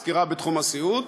סקירה בתחום הסיעוד,